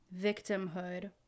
victimhood